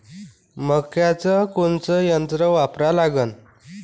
मक्याचं कोनचं यंत्र वापरा लागन?